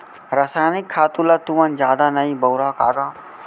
रसायनिक खातू ल तुमन जादा नइ बउरा का गा?